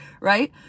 Right